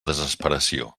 desesperació